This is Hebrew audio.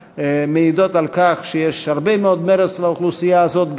מעידות על כך שיש הרבה מאוד מרץ לאוכלוסייה הזאת,